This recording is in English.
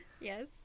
Yes